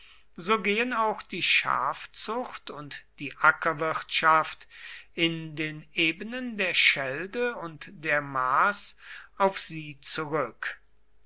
so gehen auch die schafzucht und die ackerwirtschaft in den ebenen der schelde und der maas auf sie zurück